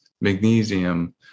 magnesium